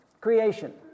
creation